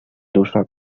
dusza